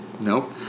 Nope